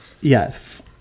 Yes